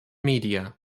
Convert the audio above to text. media